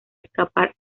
escapar